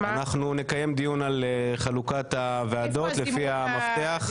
נקיים דיון על חלוקת הוועדות לפי המפתח.